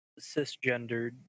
cisgendered